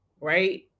right